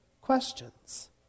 questions